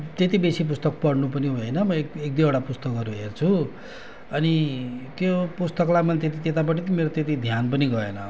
त्यति बेसी पुस्तक पढ्नु पनि हुँदैन मैले त्यही एक दुईवटा पुस्तक हेर्छु अनि त्यो पुस्तकलाई मैले त्यति त्यतापट्टि पनि मेरो त्यति ध्यान पनि गएनँ